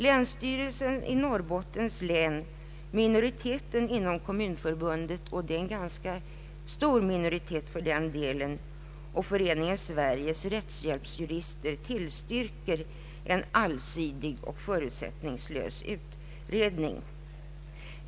Länsstyrelsen i Norrbottens län, minoriteten inom Kommunförbundet — och det är en ganska stor minoritet — samt Föreningen Sveriges rättshjälpsjurister tillstyrker en allsidig och förutsättningslös utredning.